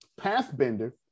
Pathbender